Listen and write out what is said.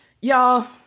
Y'all